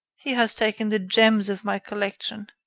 he has taken the gems of my collection.